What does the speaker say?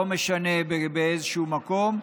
לא משנה באיזה מקום,